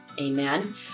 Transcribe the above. Amen